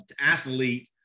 athlete